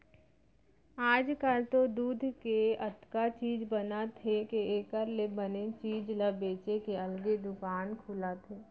आजकाल तो दूद के अतका चीज बनत हे के एकर ले बने चीज ल बेचे के अलगे दुकान खुलत हे